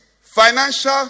financial